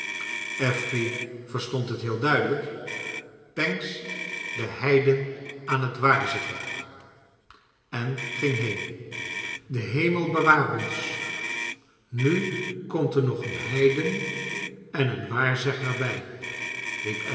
verstond het heel duidelijk pancks de heiden aan het waarzeggen en ging heen de hemel bewaar ons nu komt er nog een heiden en een waarzegger bij